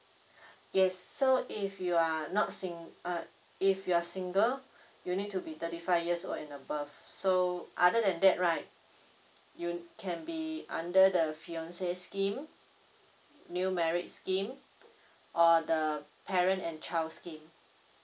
yes so if you're not sing~ uh if you're single you need to be thirty five years old and above so other than that right you can be under the fiancé scheme new married scheme or the parent and child scheme